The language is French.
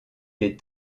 est